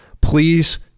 please